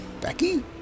Becky